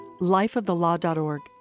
lifeofthelaw.org